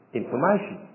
information